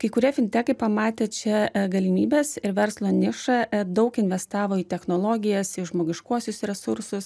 kai kurie fintekai kai pamatė čia galimybes ir verslo nišą daug investavo į technologijas į žmogiškuosius resursus